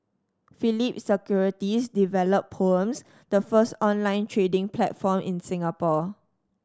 Phillip Securities developed Poems the first online trading platform in Singapore